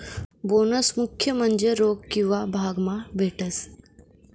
bonus मुख्य म्हन्जे रोक किंवा भाग मा भेटस